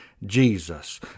jesus